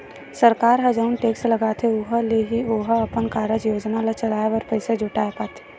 सरकार ह जउन टेक्स लगाथे उहाँ ले ही ओहा अपन कारज योजना ल चलाय बर पइसा जुटाय पाथे